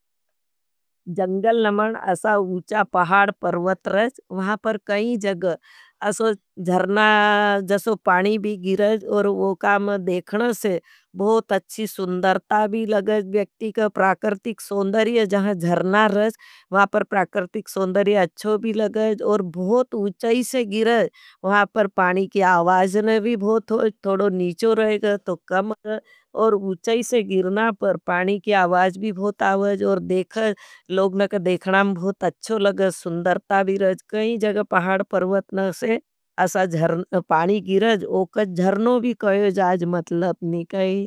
जंगल नमण असा उचा पहाड परवत रज। वहापर कई जग असो जर्ना जसो पानी भी गिरज और वो काम देखने से बहुत अच्छी सुन्दर्ता भी लगज। व्यक्तिक प्राकर्तिक सुन्दरिय जहां जर्ना रज वहापर प्राकर्तिक सुन्दरिय अच्छो भी लगज। और बहुत उचाई से गिरज। वहाँ पर पानी की आवाज में भी बहुत होय। थोड़ो नीचो रहेज तो कम होय। और उचाई से गिरना पर पानी की आवाज भी बहुत आवाज। औ और लोगना का देखना बहुत अच्छो लगज सुन्दर्ता भी रज। कई जग पहाड परवत न असे असा जर्ना पाणी गिरज, वो का जर्नों भी कई जाज मतलब नी कई।